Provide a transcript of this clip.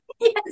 Yes